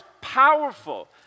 powerful